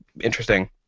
interesting